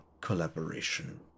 collaboration